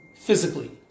physically